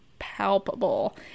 palpable